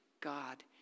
God